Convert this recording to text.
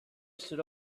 stood